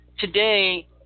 Today